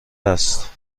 است